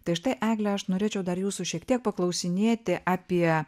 tai štai egle aš norėčiau dar jūsų šiek tiek paklausinėti apie